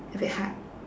a bit hard